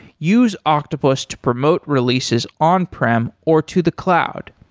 use octopus to promote releases on prem or to the cloud.